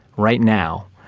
right now,